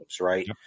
right